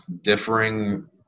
differing